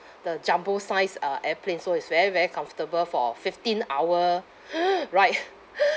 the jumbo-sized uh airplane so it's very very comfortable for fifteen hour ride